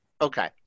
Okay